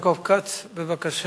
חבר הכנסת יעקב כץ, בבקשה.